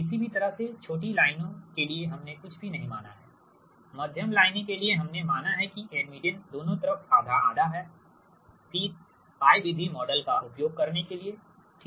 किसी भी तरह से छोटी लाइनें के लिए हमने कुछ भी नहीं माना है मध्यम लाइनें के लिए हमने माना है कि एडमिटेंस दोनों तरफ आधा आधा है फिर π विधि मॉडल का उपयोग करने के लिए ठीक